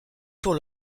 pour